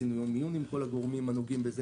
עשינו יום עיון עם כל הגורמים הנוגעים בזה,